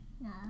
No